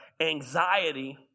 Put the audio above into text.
anxiety